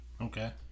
Okay